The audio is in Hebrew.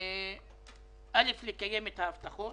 א', לקיים את ההבטחות,